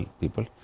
people